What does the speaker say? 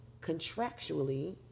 contractually